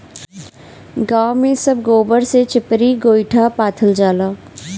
गांव में सब गोबर से चिपरी गोइठा पाथल जाला